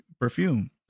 perfume